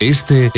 Este